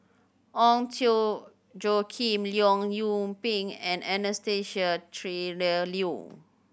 Ong Tjoe Kim Leong Yoon Pin and Anastasia Tjendri Liew